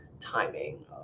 timing